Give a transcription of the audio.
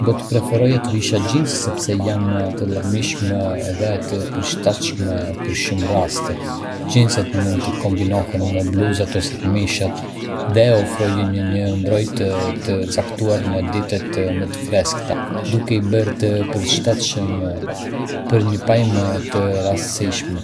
Do të preferoja të vishja xhinse sepse janë të larmishme dhe të përshtatshme për shumë raste. Xhinset mund të kombinohen me bluzat ose këmishat, dhe ofrojnë një mbrojtje të caktuar në ditët më të freskëta, duke i bërë të përshtatshëm për një pamje të rastësishme.